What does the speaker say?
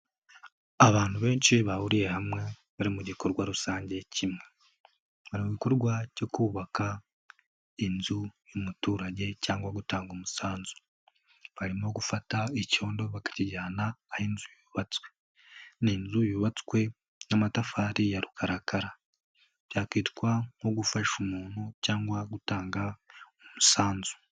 Abantu benshi bahuriye hamwe bari mu gikorwa rusange kimwe hari gikorwa cyo kubaka inzu y'umuturage cyangwa gutanga umusanzu, barimo gufata icyondo bakakijyana aho inzu yubatswe, ni inzu yubatswe n'amatafari ya rukarakara byakitwa nko gufasha umuntu cyangwa gutanga umusanzu.